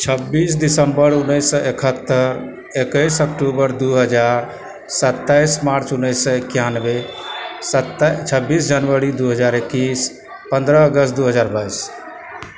छब्बीस दिसम्बर उन्नैस सए इकहत्तरि एकैस अक्टूबर दू हजार सत्ताइस मार्च उन्नैस सए एकानबे छब्बीस जनवरी दू हजार एकैस पन्द्रह अगस्त दू हजार बाइस